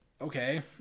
Okay